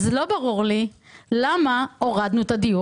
לא ברור לי למה הורדנו את הדיור